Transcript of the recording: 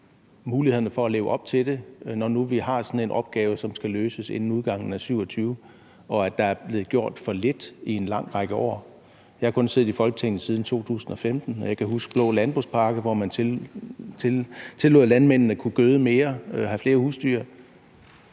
mulighederne for at leve op til det, når nu vi har sådan en opgave, som skal løses inden udgangen af 2027, og der er blevet gjort for lidt i en lang række år. Jeg har kun siddet i Folketinget siden 2015, og jeg kan huske den blå landbrugspakke, hvor man tillod, at landmændene kunne gøde mere og have flere husdyr